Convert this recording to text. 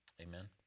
Amen